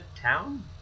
town